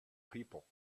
people